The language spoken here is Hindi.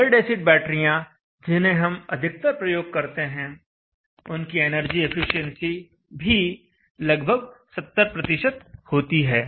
लेड एसिड बैटरियाँ जिन्हें हम अधिकतर प्रयोग करते हैं उनकी एनर्जी एफिशिएंसी भी लगभग 70 होती है